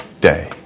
day